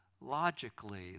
logically